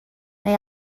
neu